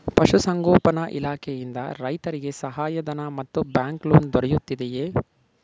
ಪಶು ಸಂಗೋಪನಾ ಇಲಾಖೆಯಿಂದ ರೈತರಿಗೆ ಸಹಾಯ ಧನ ಮತ್ತು ಬ್ಯಾಂಕ್ ಲೋನ್ ದೊರೆಯುತ್ತಿದೆಯೇ?